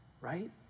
Right